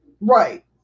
Right